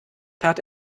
tat